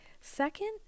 Second